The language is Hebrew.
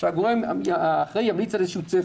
שהגורם האחראי ימליץ על איזה צפי,